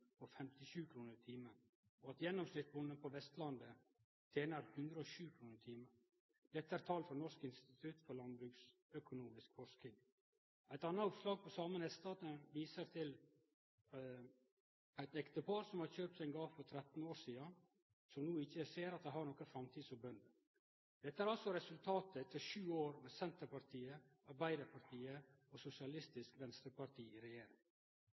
på 57 kr timen, og at gjennomsnittsbonden på Vestlandet tener 107 kr timen. Dette er tal frå Norsk institutt for landbruksøkonomisk forskning. Eit anna oppslag på same nettstaden viser til at eit ektepar som kjøpte seg gard for 13 år sidan, no ikkje ser at dei har noka framtid som bønder. Dette er altså resultatet etter sju år med Senterpartiet, Arbeidarpartiet og Sosialistisk Venstreparti i regjering.